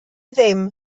ddim